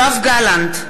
יואב גלנט,